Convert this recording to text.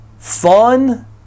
fun